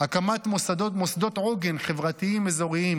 הקמת מוסדות עוגן חברתיים אזוריים,